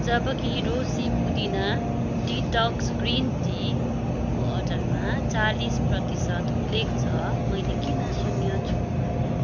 जबकि रोसी पुदिना डिटक्स ग्रिन टीको अर्डरमा चालिस प्रतिसत उल्लेख छ मैले किन शून्य छुट पाएँ